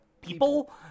People